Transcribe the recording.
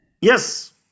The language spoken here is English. Yes